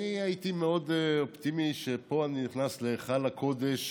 אני הייתי מאוד אופטימי שפה אני נכנס להיכל הקודש